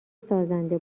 سازنده